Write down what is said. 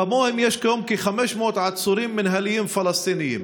כמוהם יש כיום כ-500 עצורים מינהליים פלסטינים.